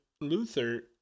Luther